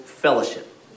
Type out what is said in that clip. Fellowship